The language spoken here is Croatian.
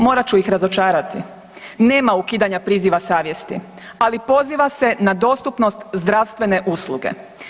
Morat ću ih razočarati, nema ukidanja priziva savjesti, ali poziva se na dostupnost zdravstvene usluge.